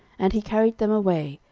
and he carried them away,